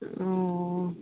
ও